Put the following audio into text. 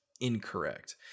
incorrect